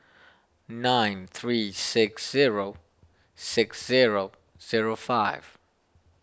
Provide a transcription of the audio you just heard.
nine three six zero six zero zero five